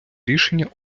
рішення